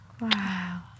Wow